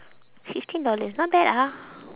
sixteen dollars not bad ah